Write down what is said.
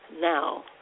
Now